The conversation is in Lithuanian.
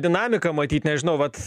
dinamiką matyt nežinau vat